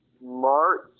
March